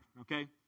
okay